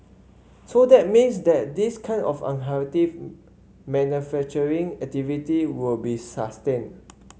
so that means that this kind of unhealthy manufacturing activity will be sustained